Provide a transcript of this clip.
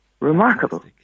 Remarkable